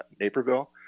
Naperville